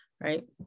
right